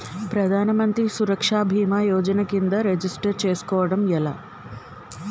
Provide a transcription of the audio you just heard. ప్రధాన మంత్రి సురక్ష భీమా యోజన కిందా రిజిస్టర్ చేసుకోవటం ఎలా?